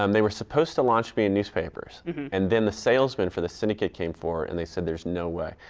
um they were supposed to launch me in newspapers and then the salesman for the syndicate came forward and they said there is no way,